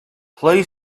play